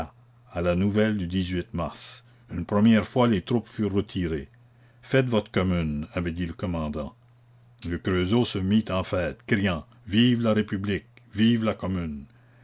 la nouvelle du mars une première fois les troupes furent retirées faites votre commune avait dit le commandant le creusot se mit en fête criant vive la république vive la commune